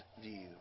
view